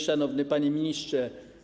Szanowny Panie Ministrze!